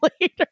later